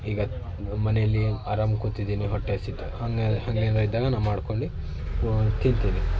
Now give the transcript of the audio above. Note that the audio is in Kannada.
ಈಗ ಮನೆಯಲ್ಲಿ ಆರಾಮು ಕೂತಿದ್ದೀನಿ ಹೊಟ್ಟೆ ಹಸೀತು ಹಂಗೆ ಹಾಗೇನಾದ್ರು ಇದ್ದಾಗ ನಾನು ಮಾಡ್ಕೊಂಡು ತಿಂತೀನಿ